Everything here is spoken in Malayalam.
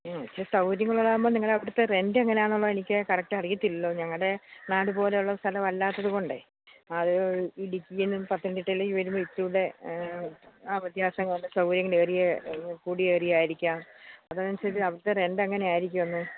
പക്ഷേ സൗകര്യങ്ങളാവുമ്പം നിങ്ങടവിടത്തെ റെൻ്റ് എങ്ങനെ ആണ് എന്ന് എനിക്ക് കറക്ട് അറിയത്തില്ലല്ലോ ഞങ്ങളുടെ നാട് പോലുള്ള സ്ഥലം അല്ലാത്തതുകൊണ്ടെ അത് ഇടുക്കീന്ന് പത്തനംതിട്ടയിലേക്ക് വരുമ്പം ഇച്ചിരിയൂടെ ആ വ്യത്യാസങ്ങളൊക്കെ സൗകര്യങ്ങൾ വലിയ കൂടിയ ഏരിയ ആയിരിക്കാം അതാണ് അത് അനുസരിച്ച് അവിടത്തെ റെൻ്റ് അങ്ങനെ ആയിരിക്കുമെന്ന്